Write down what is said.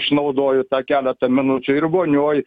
išnaudoju tą keletą minučių ir vonioj